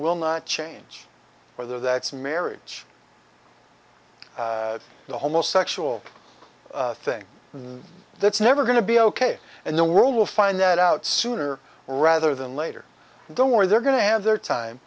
will not change whether that's marriage the homosexual thing that's never going to be ok and the world will find that out sooner rather than later don't worry they're going to have their time